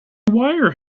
wire